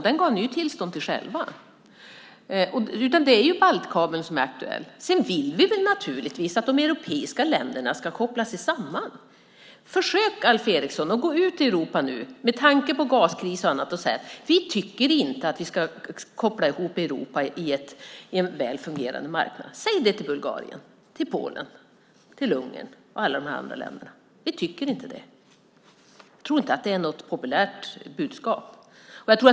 Den gav ni själva tillstånd till. Vi vill naturligtvis att de europeiska länderna ska kopplas samman. Försök, Alf Eriksson, att gå ut i Europa, med tanke på gaskris och annat, och säg: Vi socialdemokrater tycker inte att man ska koppla ihop Europa till en väl fungerande marknad. Säg det till Bulgarien, Polen, Ungern och de andra länderna! Jag tror inte att det är något populärt budskap.